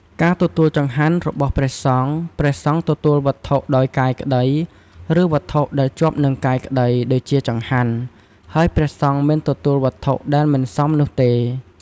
ការទទួលចង្ហាន់របស់ព្រះសង្ឃ ព្រះសង្ឃទទួលវត្ថុដោយកាយក្តី ឬវត្ថុដែលជាប់នឹងកាយក្តី ដូចជាចង្ហាន់ ហើយព្រះសង្ឃមិនទទួលវត្ថុដែលមិនសមនោះទេ។